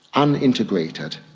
unintegrated,